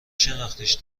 شناختیش